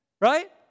right